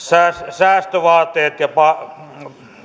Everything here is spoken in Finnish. säästövaateet ja